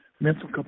mental